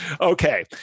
Okay